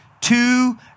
two